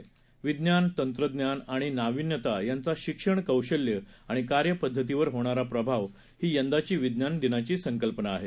विज्ञान तंत्रज्ञान आणि नाविन्यता यांचा शिक्षण कौशल्य आणि कार्यपद्धतीवर होणारा प्रभाव ही यंदाची विज्ञान दिनाची संकल्पना आहे